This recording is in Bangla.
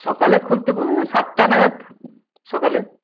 সকালে খুলতে সাতটা নাগাদ সকালে